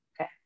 okay